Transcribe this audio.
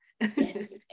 yes